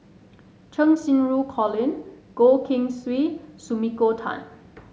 Cheng Xinru Colin Goh Keng Swee Sumiko Tan